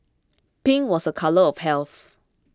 pink was a colour of health